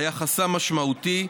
שהיה חסם משמעותי.